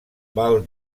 val